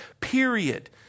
period